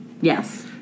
Yes